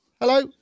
Hello